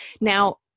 now